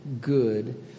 good